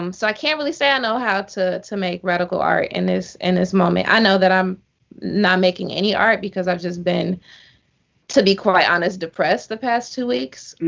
um so i can't really say i know how to to make radical art in this and this moment. i know i'm not making any art, because i've just been to be quite honest depressed, the past two weeks.